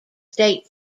state